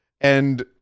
And-